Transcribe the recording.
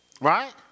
right